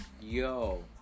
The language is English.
Yo